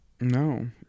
No